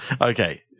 Okay